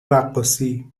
رقاصی